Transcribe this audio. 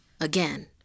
Again